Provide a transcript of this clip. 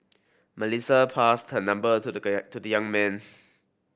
Melissa passed her number to the young man